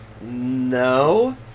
No